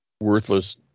worthless